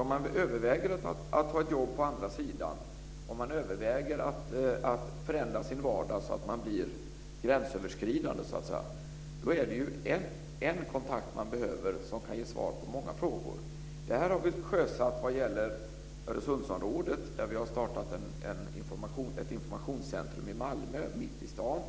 Om man överväger att ta ett jobb på andra sidan, om man överväger att förändra sin vardag så att man så att säga blir gränsöverskridande är det en kontakt som kan ge svar på många frågor man behöver. Det här har vi sjösatt i Öresundsområdet där vi har startat ett informationscentrum i Malmö, mitt i staden.